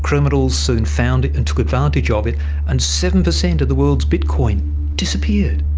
criminals soon found it and took advantage ah of it and seven percent of the world's bitcoin disappeared.